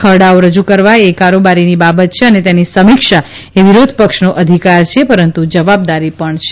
ખરડાઓ રજૂ કરવા એ કારોબારીની બાબત છે અને તેની સમીક્ષા એ વિરોધપક્ષનો અધિકાર છે પરંતુ જવાબદારી પણ છે